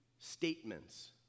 statements